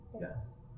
Yes